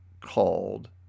called